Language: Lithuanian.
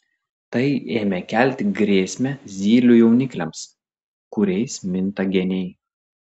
tai ėmė kelti grėsmę zylių jaunikliams kuriais minta geniai